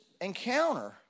encounter